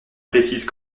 précisent